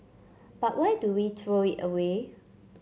but why do we throw it away